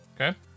okay